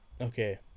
okay